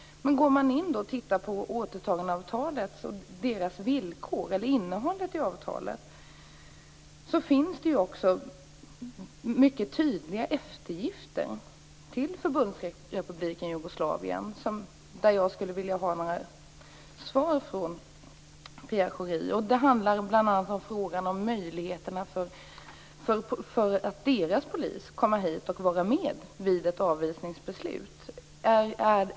Men går man in och tittar på återtagandeavtalet och villkoren i detta, alltså på innehållet i avtalet, så finns det mycket tydliga eftergifter till Förbundsrepubliken Jugoslavien. Där skulle jag vilja ha några svar från Pierre Schori. Det handlar bl.a. om frågan om möjligheterna för deras polis att komma hit och vara med vid ett avvisningsbeslut.